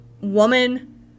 woman